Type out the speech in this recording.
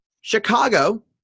Chicago